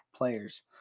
Players